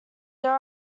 there